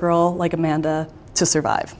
girl like amanda to survive